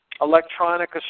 electronic